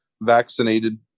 vaccinated